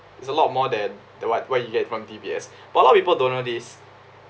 there's a lot more than the what what you get from D_B_S but a lot of people don't know this